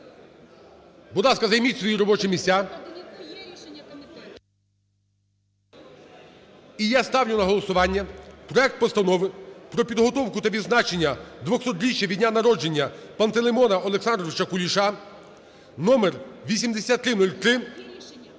ласка, займіть свої робочі місця. і я ставлю на голосування проект Постанови про підготовку та відзначення 200-річчя від дня народження Пантелеймона Олександровича Куліша (№ 8303)